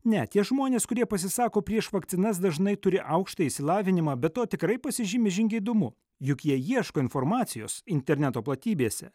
ne tie žmonės kurie pasisako prieš vakcinas dažnai turi aukštąjį išsilavinimą be to tikrai pasižymi žingeidumu juk jie ieško informacijos interneto platybėse